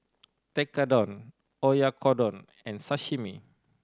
Tekkadon Oyakodon and Sashimi